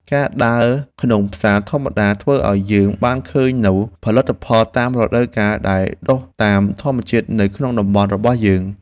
ការដើរក្នុងផ្សារធម្មតាធ្វើឱ្យយើងបានឃើញនូវផលិតផលតាមរដូវកាលដែលដុះតាមធម្មជាតិនៅក្នុងតំបន់របស់យើង។